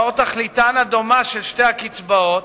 לאור תכליתן הדומה של שתי הקצבאות,